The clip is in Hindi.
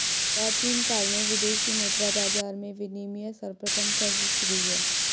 प्राचीन काल में विदेशी मुद्रा बाजार में विनिमय सर्वप्रथम कैसे शुरू हुआ?